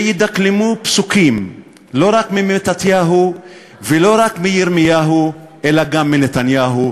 שידקלמו פסוקים לא ממתתיהו ולא רק מירמיהו אלא גם מנתניהו,